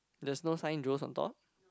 there's no sign Joe's on top